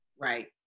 Right